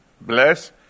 Bless